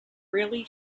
really